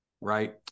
right